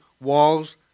walls